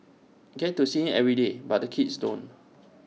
get to see him every day but the kids don't